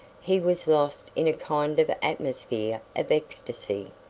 he was lost in a kind of atmosphere of ecstasy.